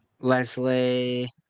Leslie